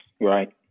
Right